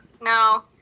no